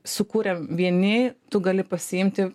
sukūrėm vieni tu gali pasiimti